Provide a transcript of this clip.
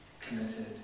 committed